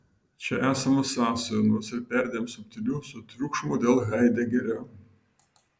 čia esama sąsajų nors ir perdėm subtilių su triukšmu dėl haidegerio